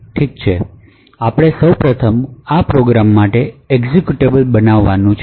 ઠીક છે આપણે સૌ પ્રથમ આ પ્રોગ્રામ માટે એક્ઝેક્યુટેબલ બનાવવાનું છે